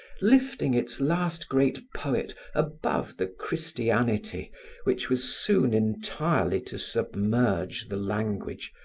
lifting its last great poet above the christianity which was soon entirely to submerge the language,